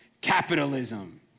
Capitalism